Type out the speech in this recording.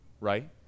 right